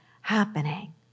happening